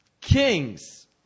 kings